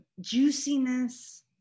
juiciness